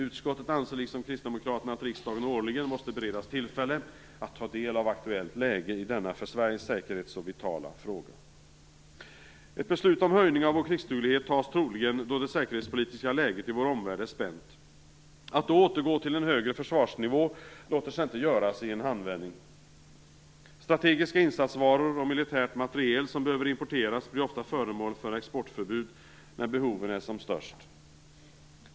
Utskottet anser liksom Kristdemokraterna att riksdagen årligen måste beredas tillfälle att ta del av aktuellt läge i denna för Sveriges säkerhet så vitala fråga. Ett beslut om höjning av krigsdugligheten kommer troligen att fattas, då det säkerhetspolitiska läget i vår omvärld är spänt. Att då återgå till en högre försvarsnivå låter sig inte göras i en handvändning. Strategiska insatsvaror och militärt materiel som behöver importeras blir ofta föremål för exportförbud när behoven är som störst.